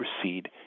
proceed